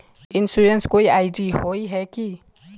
Insurance कोई ID होय है की?